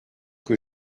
que